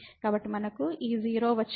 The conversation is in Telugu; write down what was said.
కాబట్టి మనకు ఈ 0 వచ్చింది